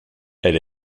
elle